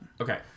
Okay